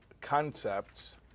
concepts